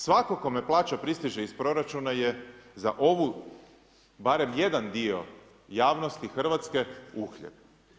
Svatko kome plaća pristiže iz proračuna je za ovu, barem jedan dio javnosti Hrvatske uhljeb.